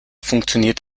funktioniert